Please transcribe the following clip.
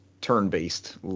turn-based